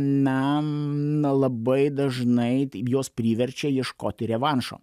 na na labai dažnai tai juos priverčia ieškoti revanšo